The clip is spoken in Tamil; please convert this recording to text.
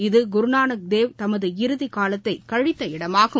இது குருநானக் தேவ் தமது இறுதி காலத்தை கழித்த இடமாகும்